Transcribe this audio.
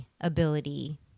ability